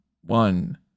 one